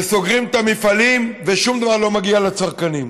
וסוגרים את המפעלים ושום דבר לא מגיע לצרכנים.